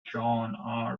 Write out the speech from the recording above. john